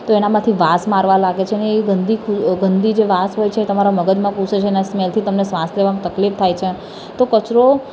તો એનામાંથી વાસ મારવા લાગે છે અને એ ગંદી અ ગંદી જે વાસ હોય છે એ તમારા મગજમાં ઘૂસે છે ને આ સ્મૅલથી તમને શ્વાસ લેવામાં તકલીફ થાય છે તો કચરો